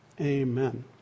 Amen